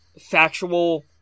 factual